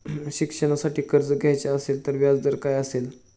शिक्षणासाठी कर्ज घ्यायचे असेल तर व्याजदर काय असेल?